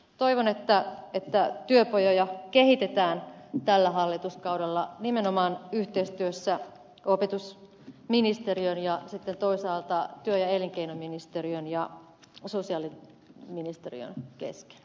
toivon että työpajoja kehitetään tällä hallituskaudella nimenomaan yhteistyössä opetusministeriön ja sitten toisaalta työ ja elinkeinoministeriön ja sosiaaliministeriön kesken